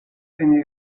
eine